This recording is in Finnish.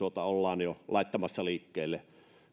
ollaan jo laittamassa liikkeelle